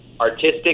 artistic